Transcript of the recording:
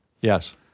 Yes